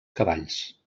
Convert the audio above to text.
cavalls